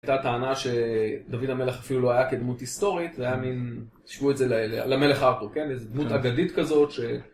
הייתה טענה שדוד המלך אפילו לא היה כדמות היסטורית, והיה מין, תשמעו את זה, למלך ארתור, איזו דמות אגדית כזאת ש...